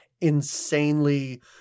insanely